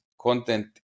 content